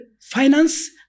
finance